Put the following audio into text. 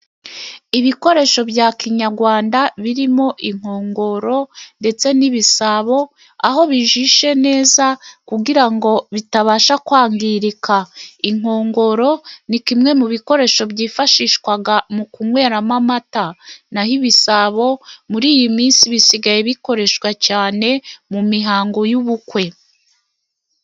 Ibikoresho bya kinyarwanda, birimo inkongoro, ndetse n'ibisabo, aho bijishe neza, kugira ngo bitabasha kwangirika, inkongoro ni kimwe mu bikoresho, byifashishwa mu kunyweramo amata, naho ibisabo, muri iyi minsi, bisigaye bikoreshwa cyane, mu mihango y'ubukwe.